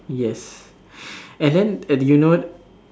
yes and then at the you know